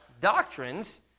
doctrines